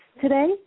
today